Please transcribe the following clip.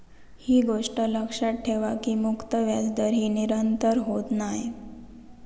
ही गोष्ट लक्षात ठेवा की मुक्त व्याजदर ही निरंतर होत नाय